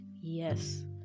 yes